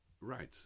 right